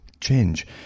change